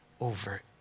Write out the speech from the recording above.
over